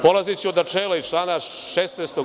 Polazeći od načela iz člana 16.